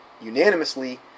unanimously